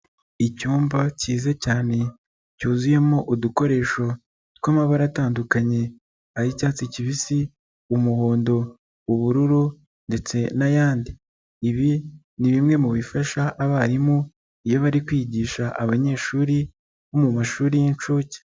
Icyumba cyiza cyane, cyuzuyemo udukoresho tw'amabara atandukanye, ay'icyatsi kibisi, umuhondo, ubururu ndetse n'ayandi. Ibi ni bimwe mu bifasha abarimu iyo bari kwigisha abanyeshuri bo mu mashuri y'inshuke.